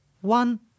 one